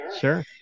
sure